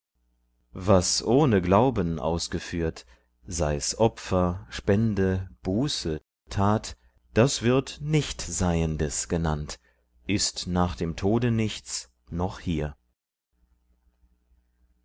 was ohne glauben ausgeführt sei's opfer spende buße tat das wird nichtseiendes genannt ist nach dem tode nichts noch hier